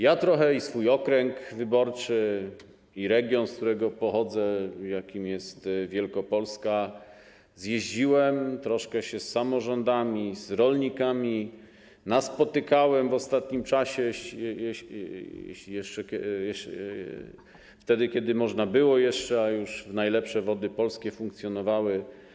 Ja trochę i swój okręg wyborczy, i region, z którego pochodzę, jakim jest Wielkopolska, zjeździłem, troszkę się z samorządami, z rolnikami naspotykałem w ostatnim czasie, kiedy jeszcze było można, a już w najlepsze Wody Polskie funkcjonowały.